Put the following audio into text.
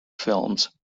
films